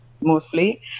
mostly